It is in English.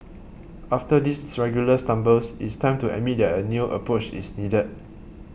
after these regular stumbles it's time to admit a new approach is needed